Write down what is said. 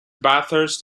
bathurst